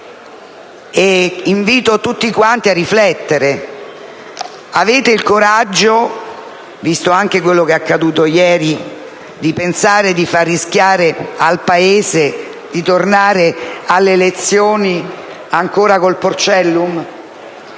Invito tutti quanti a riflettere: avete il coraggio, visto anche quello che è accaduto ieri, di far rischiare al Paese di tornare alle elezioni ancora con il "Porcellum"?